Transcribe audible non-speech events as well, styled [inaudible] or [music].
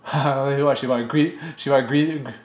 [laughs] what she might green she might green